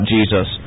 Jesus